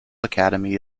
academy